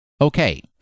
Okay